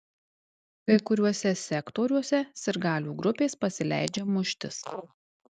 kai kuriuose sektoriuose sirgalių grupės pasileidžia muštis